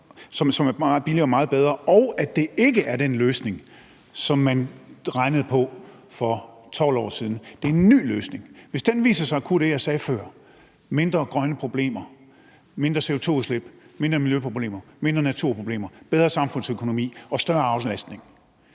meget billigere og meget bedre, og at det ikke er den løsning, som man regnede på for 12 år siden; det er en ny løsning. Hvis den viser sig at kunne det, jeg sagde før, altså færre grønne problemer, mindre CO2-udslip, færre miljøproblemer, færre naturproblemer, bedre samfundsøkonomi og større aflastning,